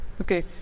Okay